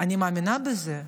אני מאמינה בזה.